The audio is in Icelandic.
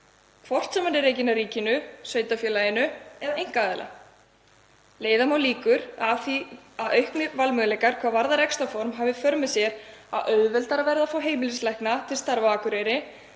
hvort sem hann er rekinn af ríkinu, sveitarfélaginu eða einkaaðila. Leiða má líkur að því að auknir valmöguleikar hvað varðar rekstrarform hafi í för með sér að auðveldara verði að fá heimilislækna til starfa á Akureyri